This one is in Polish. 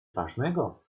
ważnego